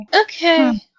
okay